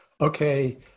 okay